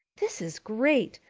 this is great.